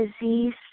disease